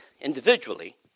individually